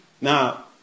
Now